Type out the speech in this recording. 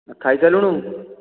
ଖାଇସାରିଲୁଣି